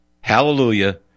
Hallelujah